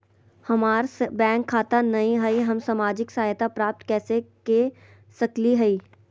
हमार बैंक खाता नई हई, हम सामाजिक सहायता प्राप्त कैसे के सकली हई?